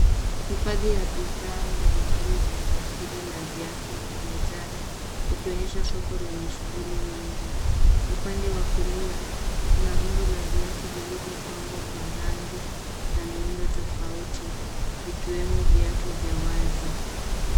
Hifadhi ya bidhaa mbalimbali za kiasili na viatu vimejaa vikionyesha soko lenye shuguli nyingi. Upande wa kulia kuna rundo la viatu vilivyopangwa kwa rangi na miundo tofauti vikiwemo viatu vya wazi.